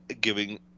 giving